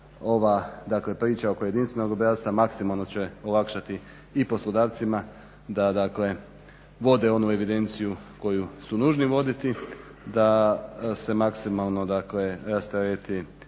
ova priča oko jedinstvenog obrasca maksimalno će olakšati i poslodavcima da vode onu evidenciju koju su nužni voditi, da se maksimalno rasterete